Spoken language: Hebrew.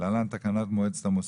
(להלן - תקנת מועצת המוסד).